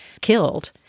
killed